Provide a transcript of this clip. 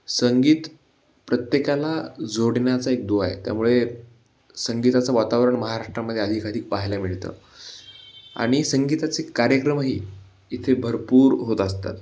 संगीत प्रत्येकाला जोडण्याचा एक दुवा आहे त्यामुळे संगीताचं वातावरण महाराष्ट्रामध्ये अधिकाधिक पाहायला मिळतं आणि संगीताचे कार्यक्रमही इथे भरपूर होत असतात